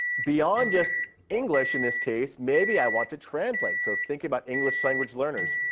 beyond just english in this case, maybe i want to translate. so think about english language learners,